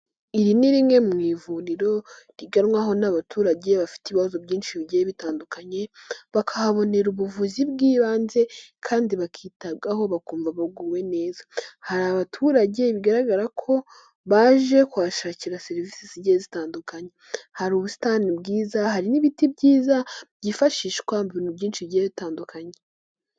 Iri ni rimwe mu ivuriro riganwaho n'abaturage bafite ibibazo byinshi bigiye bitandukanye, bakahabonera ubuvuzi bw'ibanze kandi bakitabwaho bakumva baguwe neza. Hari abaturage bigaragara ko baje kuhashakira serivisi zigiye zitandukanye. Hari ubusitani bwiza, hari n'ibiti byiza byifashishwa mu bintu byinshi bigiye bitandukanye.